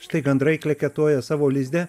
štai gandrai kleketuoja savo lizde